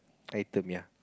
item yea